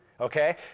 Okay